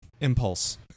Impulse